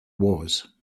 was